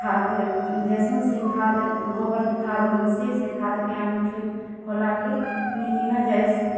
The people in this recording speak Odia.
ଦେସୁଁ ସେ ଖାଦ୍ ଗୋବର୍ କେ ଖାଦ୍ ବନ୍ସି ସେ ଖାଦ୍କେ ଆମେ ଖେତ୍ ଖଲା କେ ନେଇକିନା ଯାଏସୁଁ